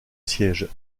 siège